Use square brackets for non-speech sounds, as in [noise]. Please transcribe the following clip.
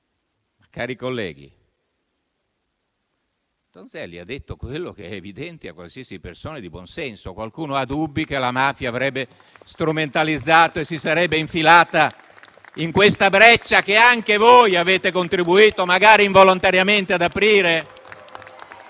cari colleghi - Donzelli ha detto quello che è evidente a qualsiasi persona di buonsenso. [applause] Qualcuno ha dubbi che la mafia avrebbe strumentalizzato e si sarebbe infilata in questa breccia che anche voi avete contribuito, magari involontariamente, ad aprire?